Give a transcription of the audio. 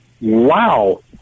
wow